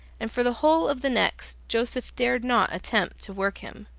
and for the whole of the next joseph dared not attempt to work him.